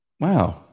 Wow